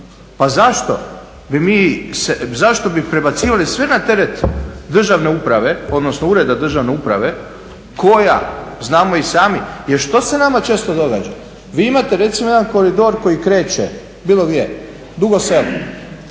Pa zašto bi prebacivali sve na teret ureda državne uprave koja znamo i sami, jel što se nama često događa? Vi imate recimo jedan koridor koji kreće bilo gdje Dugo Selo,